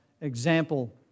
example